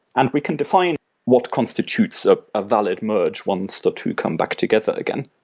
and we can define what constitutes a ah valid merge once the two come back together again.